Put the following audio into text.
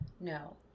No